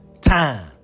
time